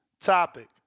topic